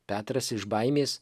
petras iš baimės